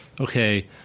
okay